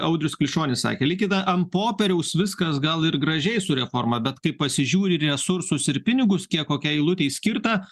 audrius klišonis sakė lygtai ant popieriaus viskas gal ir gražiai su reforma bet kai pasižiūri resursus ir pinigus kiek kokiai eilutei skirta